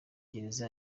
gereza